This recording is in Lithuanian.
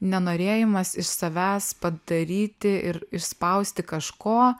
nenorėjimas iš savęs padaryti ir išspausti kažko